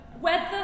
Weather